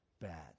bad